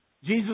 Jesus